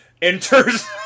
enters